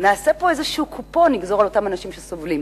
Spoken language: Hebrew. נגזור פה איזה קופון על אותם אנשים שסובלים.